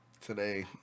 today